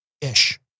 ish